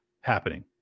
happening